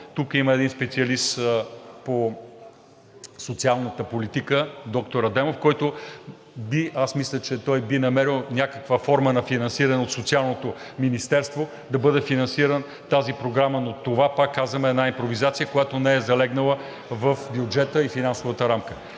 тук има един специалист по социалната политика - доктор Адемов, който би намерил някаква форма на финансиране от Социалното министерство да бъде финансирана тази програма, но това, пак казвам, е една импровизация, която не е залегнала в бюджета и финансовата рамка.